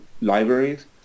libraries